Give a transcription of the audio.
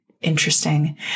Interesting